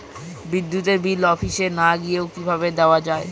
বিদ্যুতের বিল অফিসে না গিয়েও কিভাবে দেওয়া য়ায়?